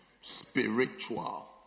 spiritual